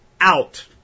out